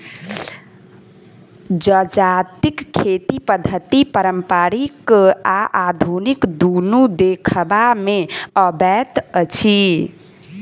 जजातिक खेती पद्धति पारंपरिक आ आधुनिक दुनू देखबा मे अबैत अछि